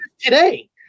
today